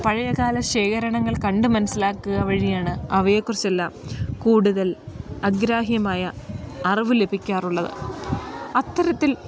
പഴയകാല ശേഖരണങ്ങൾ കണ്ട് മനസ്സിലാക്കുക വഴിയാണ് അവയെ കുറിച്ചെല്ലാം കൂടുതൽ അഗ്രാഹ്യമായ അറിവ് ലഭിക്കാറുള്ളത് അത്തരത്തിൽ